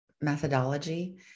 methodology